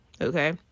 okay